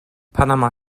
panama